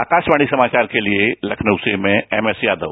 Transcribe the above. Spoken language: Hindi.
आकाशवाणी समाचार के लिए लखनऊ से मैं एम एस यादव